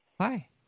Hi